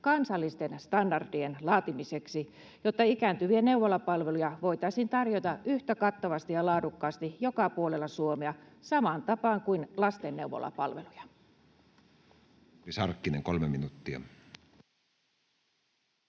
kansallisten standardien laatimiseksi, jotta ikääntyvien neuvolapalveluja voitaisiin tarjota yhtä kattavasti ja laadukkaasti joka puolella Suomea samaan tapaan kuin lastenneuvolapalveluja?